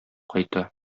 кайта